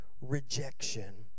rejection